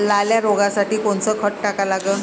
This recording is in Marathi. लाल्या रोगासाठी कोनचं खत टाका लागन?